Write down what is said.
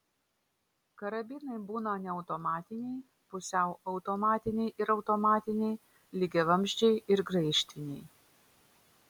karabinai būna neautomatiniai pusiau automatiniai ir automatiniai lygiavamzdžiai ir graižtviniai